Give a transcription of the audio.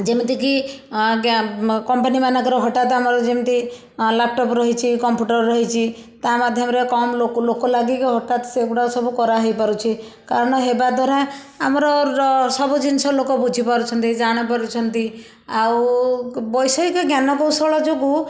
ଯେମିତି କି ଆଜ୍ଞା କମ୍ପାନୀ ମାନଙ୍କର ହଟାତ୍ ଆମର ଯେମିତି ଲାପଟପ୍ ରହିଛି କମ୍ପ୍ୟୁଟର ରହିଛି ତା ମାଧ୍ୟମରେ କମ୍ ଲୋକ ଲୋକ ଲାଗିକି ହଟାତ୍ ସେଗୁଡ଼ାକ ସବୁ କରା ହେଇପାରୁଛି କାରଣ ହେବା ଦ୍ଵାରା ଆମର ର ସବୁ ଜିନିଷ ଲୋକ ବୁଝିପାରୁଛନ୍ତି ଜାଣିପାରୁଛନ୍ତି ଆଉ ବୈଷୟିକ ଜ୍ଞାନ କୌଶଳ ଯୋଗୁଁ